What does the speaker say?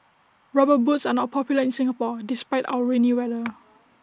rubber boots are not popular in Singapore despite our rainy weather